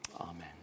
Amen